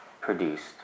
produced